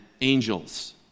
angels